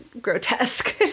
grotesque